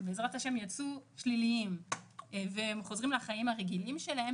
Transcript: בעזרת השם יצאו שליליים והם חוזרים לחיים הרגילים שלהם,